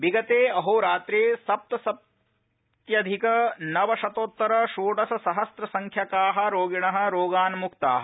विगते अहोरात्रे सप्तसप्त्यधिक नवशतोत्तर षोडश सहससड् रव्याका रोगिण रोगान्मुक्ता